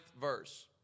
verse